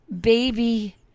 baby